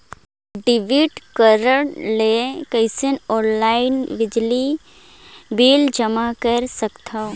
Debit card ले कइसे online बिजली बिल जमा कर सकथव?